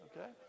Okay